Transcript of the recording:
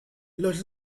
los